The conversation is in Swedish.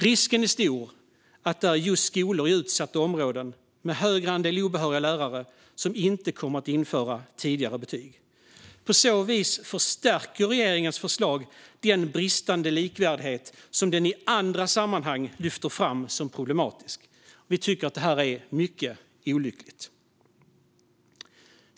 Risken är stor att det är just skolor i utsatta områden med högre andel obehöriga lärare som inte kommer att införa tidigare betyg. På så vis förstärker regeringens förslag den bristande likvärdighet som den i andra sammanhang lyfter fram som problematisk. Vi tycker att detta är mycket olyckligt.